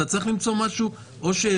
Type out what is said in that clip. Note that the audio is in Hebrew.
אתה צריך למצוא משהו שמחזיק,